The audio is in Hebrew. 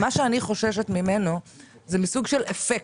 אני חוששת מסוג של אפקט.